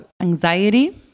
anxiety